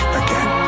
again